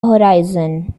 horizon